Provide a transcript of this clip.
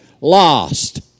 lost